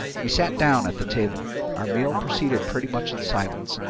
we sat down at the table. our meal proceeded pretty much in silence.